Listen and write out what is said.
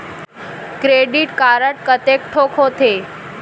Credit card कतेक ठोक होथे?